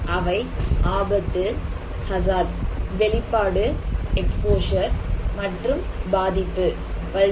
அவை ஆபத்து வெளிப்பாடு மற்றும் பாதிப்பு vulnerability